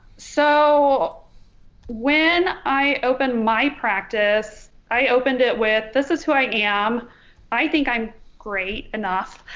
so when i opened my practice i opened it with this is who i am i think i'm great enough